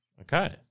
Okay